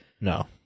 No